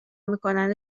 میکنن